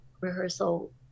rehearsal